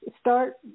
start